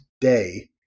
day